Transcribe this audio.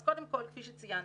אז קודם כל כפי שציינתי,